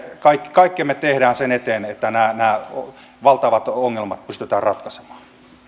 kaikkemme teemme sen eteen että nämä nämä valtavat ongelmat pystytään ratkaisemaan